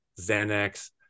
Xanax